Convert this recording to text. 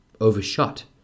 overshot